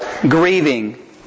grieving